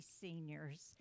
seniors